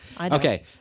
okay